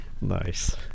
Nice